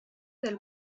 del